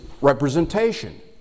representation